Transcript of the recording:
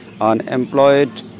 unemployed